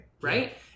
Right